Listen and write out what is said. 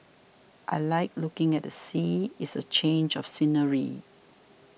I like looking at the sea it's a change of scenery